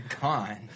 gone